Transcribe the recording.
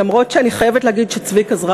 אף שאני חייבת להגיד שצביקה זרחיה כתב אמין.